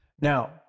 Now